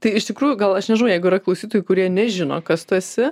tai iš tikrųjų gal aš nežinau jeigu yra klausytojų kurie nežino kas tu esi